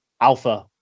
alpha